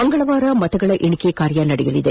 ಮಂಗಳವಾರ ಮತಗಳ ಎಣಿಕೆ ಕಾರ್ಯ ನಡೆಯಲಿದೆ